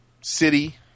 city